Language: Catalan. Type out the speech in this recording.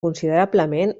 considerablement